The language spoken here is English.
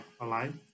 alive